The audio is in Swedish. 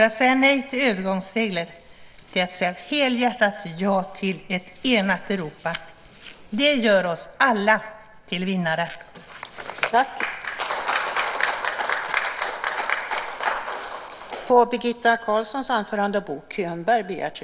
Att säga nej till övergångsregler är att säga ett helhjärtat ja till ett enat Europa. Det gör oss alla till vinnare.